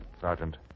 Sergeant